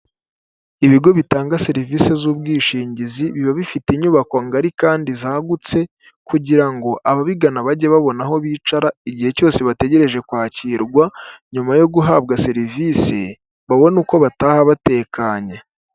Ibigo bitanga serivisi z'ubwishingizi biba bifite inyubako ngari kandi zagutse kugira ngo ababigana bajye babona aho bicara igihe cyose bategereje kwakirwa nyuma yo guhabwa serivisi babona uko bataha batekanye.